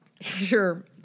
Sure